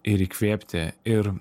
ir įkvėpti ir